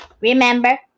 Remember